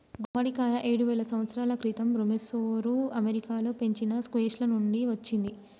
గుమ్మడికాయ ఏడువేల సంవత్సరాల క్రితం ఋమెసోఋ అమెరికాలో పెంచిన స్క్వాష్ల నుండి వచ్చింది